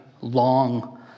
long